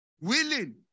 Willing